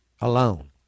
alone